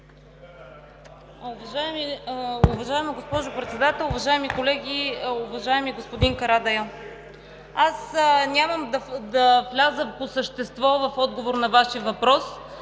Уважаема госпожо Председател, уважаеми колеги! Уважаеми господин Карадайъ, аз няма да вляза по същество в отговор на Вашия въпрос.